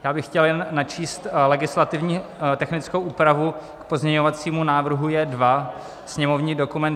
Já bych chtěl jen načíst legislativně technickou úpravu k pozměňovacímu návrhu J2, sněmovní dokument 6121.